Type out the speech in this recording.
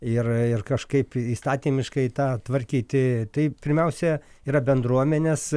ir ir kažkaip įstatymiškai tą tvarkyti tai pirmiausia yra bendruomenės